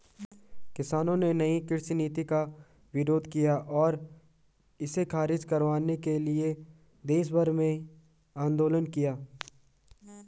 किसानों ने नयी कृषि नीति का विरोध किया और इसे ख़ारिज करवाने के लिए देशभर में आन्दोलन किया